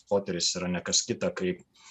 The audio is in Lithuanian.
poteris yra ne kas kita kaip